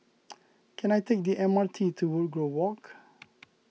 can I take the M R T to Woodgrove Walk